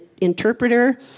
interpreter